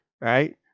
Right